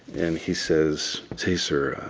and he says, hey, sir,